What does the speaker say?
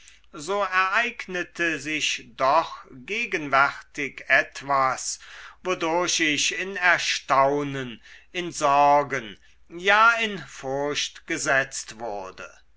so ereignete sich doch gegenwärtig etwas wodurch ich in erstaunen in sorgen ja in furcht gesetzt wurde